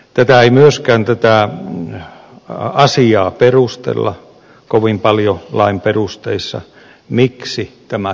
tätä asiaa ei myöskään perustella kovin paljon lain perusteissa miksi tämä tehdään